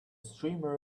streamer